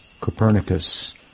Copernicus